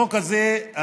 החוק הזה,